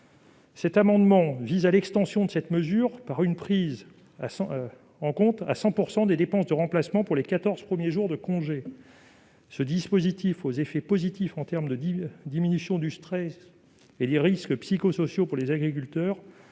Cet amendement vise à étendre cette mesure, par une prise en compte à 100 % des dépenses de remplacement pour les quatorze premiers jours de congés. Ce dispositif, aux effets positifs en termes de diminution du stress et des risques psychosociaux pour les agriculteurs,